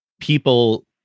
People